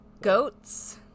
goats